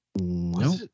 no